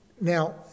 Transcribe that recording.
Now